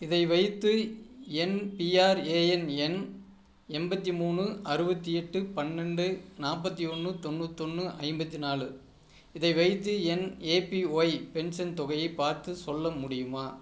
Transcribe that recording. இதை வைத்து என் பிஆர்ஏஎன் எண் எண்பத்தி மூணு அறுபத்தி எட்டு பன்னெண்டு நாற்பத்தி ஒன்று தொண்ணூத்தொன்று ஐம்பத்து நாலு இதை வைத்து என் ஏபிஒய் பென்சன் தொகையை பார்த்துச் சொல்ல முடியுமா